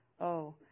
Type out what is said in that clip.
Oh